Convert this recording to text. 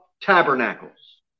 tabernacles